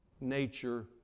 nature